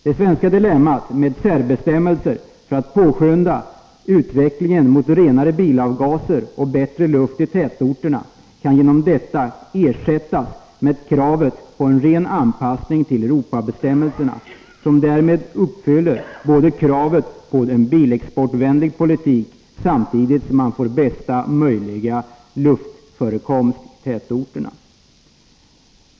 Det svenska dilemmat med särbestämmelser för att påskynda utvecklingen mot renare bilavgaser och bättre luft i tätorterna kan då ersättas med kravet på en ren anpassning till Europabestämmelserna. Därmed uppfylls kravet på en bilexportvänlig politik, samtidigt som man får bästa möjliga luft i tätorterna.